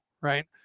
Right